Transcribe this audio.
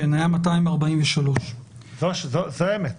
היו 243. זאת האמת.